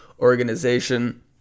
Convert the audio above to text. organization